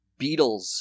Beatles